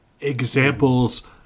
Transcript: examples